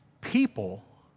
people